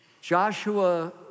Joshua